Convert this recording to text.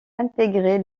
intégrée